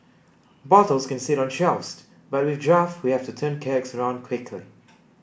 bottles can sit on shelves but with draft we have to turn kegs around quickly